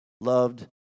loved